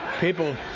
People